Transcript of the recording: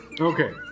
Okay